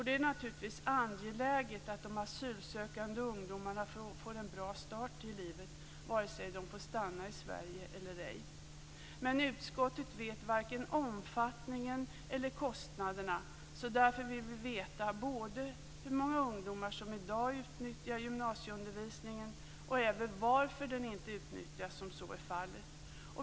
Det är naturligtvis angeläget att de asylsökande ungdomarna får en bra start i livet vare sig de får stanna i Sverige eller ej. Men utskottet vet varken omfattningen av eller kostnaderna för detta, och därför vill vi veta både hur många ungdomar som i dag utnyttjar gymnasieundervisningen och även varför den inte utnyttjas, om så är fallet.